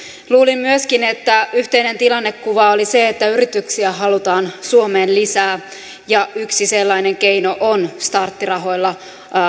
luulin myöskin että yhteinen tilannekuva oli se että yrityksiä halutaan suomeen lisää ja yksi sellainen keino on starttirahoilla